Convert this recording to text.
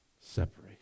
separate